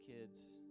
kids